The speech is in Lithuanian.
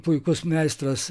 puikus meistras